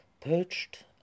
Perched